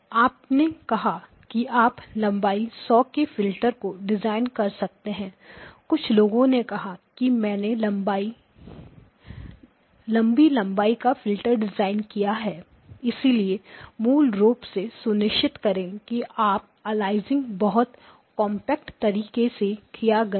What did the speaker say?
आपने कहा कि आप लंबाई 100 के फ़िल्टर को डिज़ाइन कर सकते हैं कुछ लोगों ने कहा कि मैंने लंबी लंबाई का फ़िल्टर डिज़ाइन किया है इसलिए मूल रूप से सुनिश्चित करें कि आपका अलियासिंग बहुत कॉम्पैक्ट Compact तरीके से किया गया है